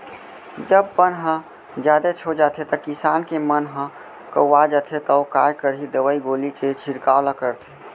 जब बन ह जादेच हो जाथे त किसान के मन ह कउवा जाथे तौ काय करही दवई गोली के छिड़काव ल करथे